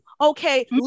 Okay